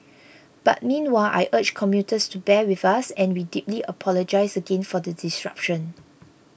but meanwhile I urge commuters to bear with us and we deeply apologise again for the disruption